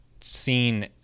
seen